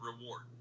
reward